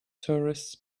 tourists